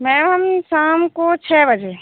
ma'am हम शाम को छ बजे